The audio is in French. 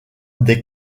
des